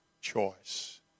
choice